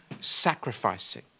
sacrificing